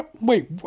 Wait